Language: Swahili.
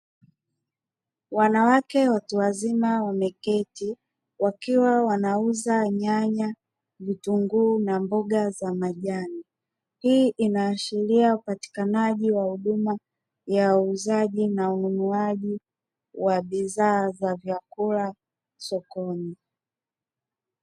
Wanawake watu wazima wameketi wakiwa wanauza nyanya, vitunguu na mboga za majani hii inaashiria upatikanaji wa huduma ya uuzaji na ununuaji wa bidhaa za vyakula sokoni.